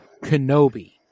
Kenobi